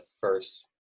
first